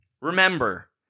Remember